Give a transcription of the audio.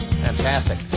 Fantastic